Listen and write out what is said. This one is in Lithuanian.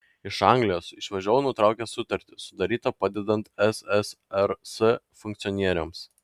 iš anglijos išvažiavau nutraukęs sutartį sudarytą padedant ssrs funkcionieriams